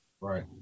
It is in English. Right